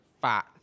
fat